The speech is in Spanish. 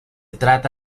trata